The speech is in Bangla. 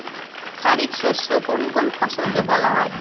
খারিফ শস্য কোন কোন ফসলকে বলা হয়?